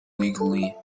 legally